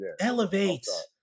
Elevates